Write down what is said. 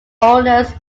owners